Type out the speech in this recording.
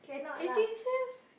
make it yourself